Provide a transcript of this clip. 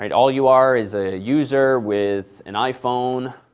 and all you are is a user with an iphone,